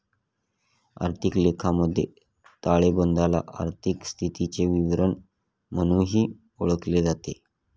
आर्थिक लेखामधील ताळेबंदाला आर्थिक स्थितीचे विवरण म्हणूनही ओळखले जाते